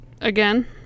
again